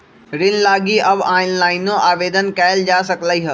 ऋण लागी अब ऑनलाइनो आवेदन कएल जा सकलई ह